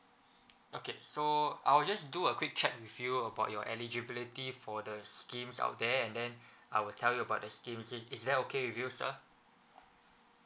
okay so I'll just do a quick check with you about your eligibility for the schemes out there and then I will tell you about the schemes is is that okay with you sir